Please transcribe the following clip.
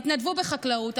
תתנדבו בחקלאות,